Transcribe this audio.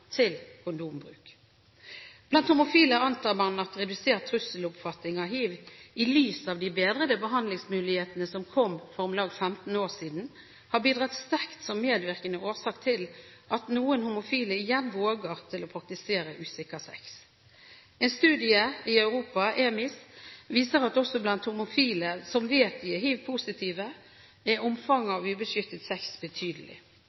til kondombruk. Blant homofile antar man at redusert trusseloppfatning av hiv, i lys av de bedrede behandlingsmulighetene som kom for om lag 15 år siden, har bidratt sterkt som medvirkende årsak til at noen homofile igjen våger å praktisere usikker sex. En studie i Europa, EMIS, viser at også blant homofile som vet de er hivpositive, er omfanget av ubeskyttet sex betydelig.